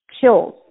kills